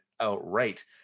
outright